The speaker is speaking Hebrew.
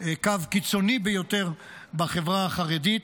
קו קיצוני ביותר בחברה החרדית.